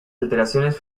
alteraciones